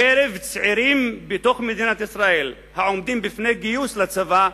מקרב צעירים בתוך מדינת ישראל העומדים בפני גיוס לצבא,